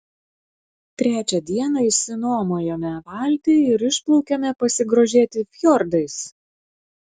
trečią dieną išsinuomojome valtį ir išplaukėme pasigrožėti fjordais